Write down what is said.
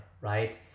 Right